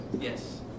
Yes